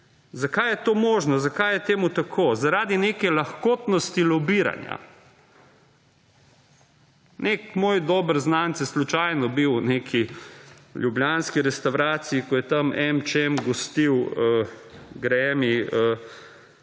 Zakaj je to možno, zakaj je temu tako? Zaradi neke lahkotnosti lobiranja. Nek moj dober znanec je slučajno bil v neki ljubljanski restavraciji, ko je tam Emčem gostil Grammy